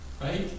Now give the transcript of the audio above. right